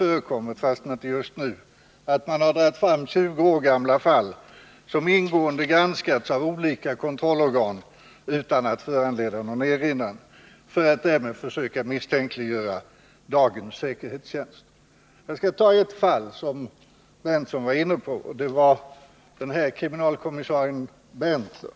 förekommit, fastän inte just nu, att man har dragit fram 20 år gamla fall som ingående granskats av kontrollorgan utan att föranleda någon erinran för att därmed försöka misstänkliggöra dagens säkerhetstjänst. Jag skall ta upp ett fall som Nils Berndtson var inne på, nämligen det som gäller kriminalkommissarien Berntler.